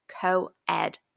co-ed